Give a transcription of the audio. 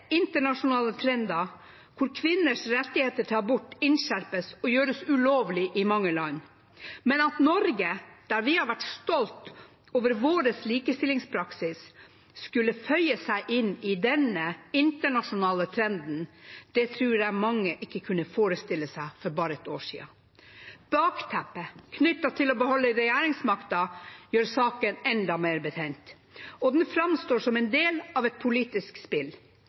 internasjonale trender hvor kvinners rettigheter tas bort, innskjerpes og gjøres ulovlig i mange land. Men at Norge, der vi har vært stolte over vår likestillingspraksis, skulle føye seg inn i denne internasjonale trenden tror jeg mange ikke kunne forestille seg for bare et år siden. Bakteppet knyttet til å beholde regjeringsmakten gjør saken enda mer betent, og den framstår som en del av et politisk spill.